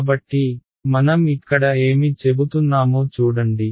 కాబట్టి మనం ఇక్కడ ఏమి చెబుతున్నామో చూడండి